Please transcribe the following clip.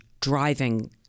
driving